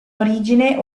origine